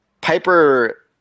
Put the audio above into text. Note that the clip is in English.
Piper